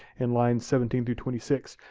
in lines seventeen through twenty six.